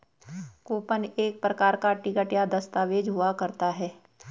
coupon एक प्रकार का टिकट या दस्ताबेज हुआ करता है